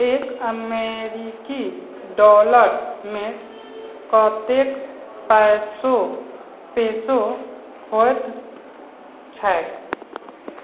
एक अमेरिकी डॉलरमे कतेक पैसो पेसो होएत छैक